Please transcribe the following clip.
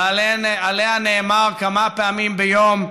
ועליה נאמר כמה פעמים ביום: